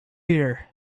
here